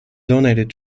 donated